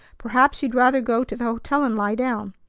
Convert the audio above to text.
perhaps you'd rather go to the hotel and lie down.